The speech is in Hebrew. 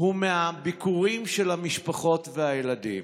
הוא מהביקורים של המשפחות והילדים.